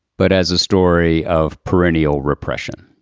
but as a story of perennial repression?